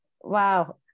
Wow